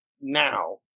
now